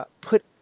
put